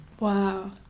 Wow